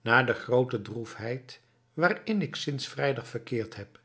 na de groote droefheid waarin ik sinds vrijdag verkeerd heb